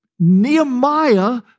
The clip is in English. Nehemiah